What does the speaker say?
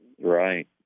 Right